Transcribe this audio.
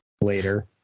later